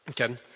Okay